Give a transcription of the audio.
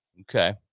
okay